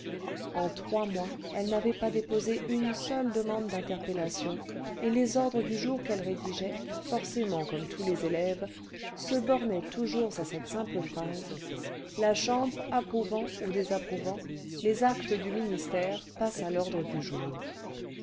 en trois mois elle n'avait pas déposé une seule demande d'interpellation et les ordres du jour qu'elle rédigeait forcément comme tous les élèves se bornaient toujours à cette simple phrase laf chambre approuvant ou désapprouvant les actes du ministère passe à l'ordre du jour